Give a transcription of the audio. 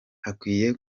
hakwiye